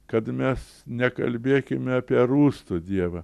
kad mes nekalbėkime apie rūstų dievą